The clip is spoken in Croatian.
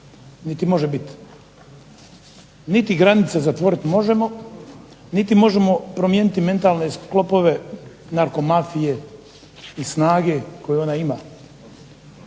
niti može biti, niti granice zatvoriti možemo, niti možemo promijeniti mentalne sklopove narko mafije i snage koju ona ima.